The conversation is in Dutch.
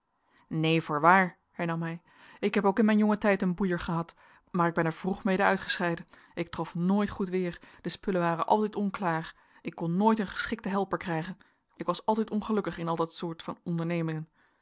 neen voorwaar hernam hij ik heb ook in mijn jongen tijd een boeier gehad maar ik ben er vroeg mede uitgescheiden ik trof nooit goed weer de spullen waren altijd onklaar ik kon nooit een geschikten helper krijgen ik was altijd ongelukkig in al dat soort van ondernemingen